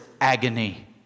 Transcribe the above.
agony